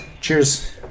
Cheers